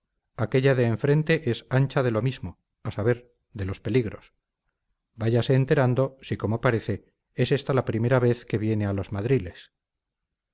aquella de enfrente es ancha de lo mismo a saber de los peligros váyase enterando si como parece es esta la primera vez que viene a los madriles